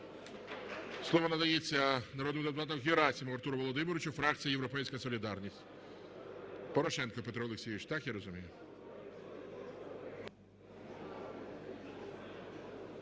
Слово надається народному депутату Герасимову Артуру Володимировичу, фракція "Європейська солідарність". Порошенко Петро Олексійович. Так я розумію?